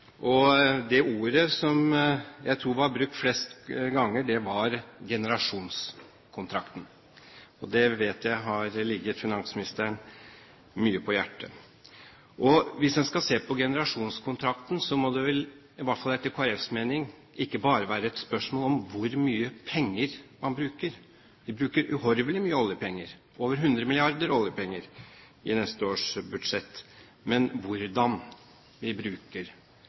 Det ordet som jeg tror var brukt flest ganger, var «generasjonskontrakten». Det vet jeg har ligget finansministeren mye på hjertet. Og hvis en skal se på generasjonskontrakten, må det, i hvert fall etter Kristelig Folkepartis mening, ikke bare være et spørsmål om hvor mye penger man bruker – vi bruker uhorvelig mye oljepenger, over 100 mrd. kr i neste års budsjett – men om hvordan vi bruker